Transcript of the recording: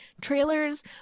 trailers